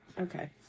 okay